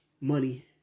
money